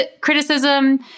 criticism